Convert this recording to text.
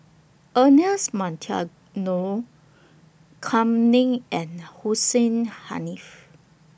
Ernest Kam Ning and Hussein Haniff